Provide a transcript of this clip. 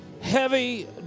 heavy